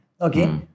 Okay